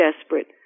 desperate